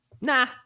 nah